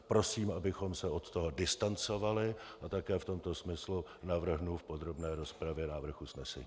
Prosím, abychom se od toho distancovali, a také v tomto smyslu navrhnu v podrobné rozpravě návrh usnesení.